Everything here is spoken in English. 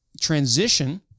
transition